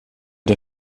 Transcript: der